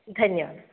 धन्यवादः